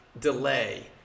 delay